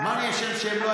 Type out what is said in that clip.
מה אני אשם שהם לא היו פה?